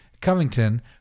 Covington